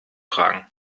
fragen